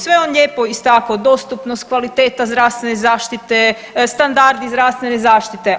Sve je on lijepo istaknuo dostupnost, kvaliteta zdravstvene zaštite, standardi zdravstvene zaštite.